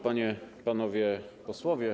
Panie i Panowie Posłowie!